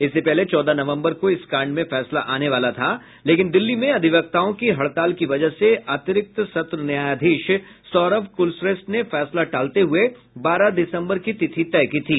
इससे पहले चौदह नवम्बर को इस कांड में फैसला आने वाला था लेकिन दिल्ली में अधिवक्ताओं की हड़ताल की वजह से अतिरिक्त सत्र न्यायाधीश सौरभ कुलश्रेष्ठ ने फैसला टालते हुए बारह दिसम्बर की तिथि तय की थी